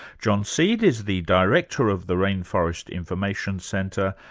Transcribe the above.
john seed is the director of the rainforest information centre,